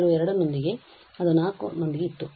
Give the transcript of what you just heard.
ಇಲ್ಲಿರುವ 2 ನೊಂದಿಗೆ ಅದು 4 ನೊಂದಿಗೆ ಇತ್ತು